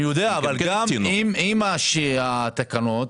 עדיין, עם התקנות,